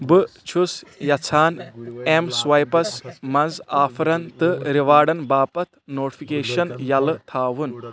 بہٕ چھُس یژھان ایٚم سٕوایپَس منٛز آفرَن تہٕ رِواڈن باپتھ نوٹفکیشن یَلہٕ تھاوُن